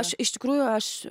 aš iš tikrųjų aš